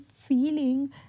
feeling